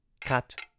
cut